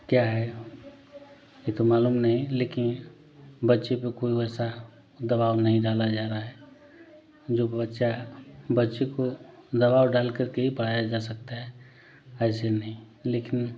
क्या है ये तो मालूम नहीं लेकिन बच्चे को कोई वैसा दबाव नहीं डाला जा रहा है जो बच्चा बच्चे को दबाव डालकर के ही पढ़ाया जा सकता है ऐसे नहीं लेकिन